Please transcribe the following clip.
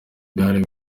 igare